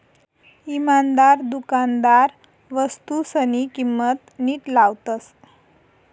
इमानदार दुकानदार वस्तूसनी किंमत नीट लावतस